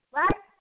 right